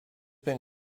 been